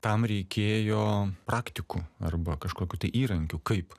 tam reikėjo praktikų arba kažkokių tai įrankių kaip